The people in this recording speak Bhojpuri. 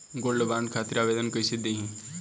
गोल्डबॉन्ड खातिर आवेदन कैसे दिही?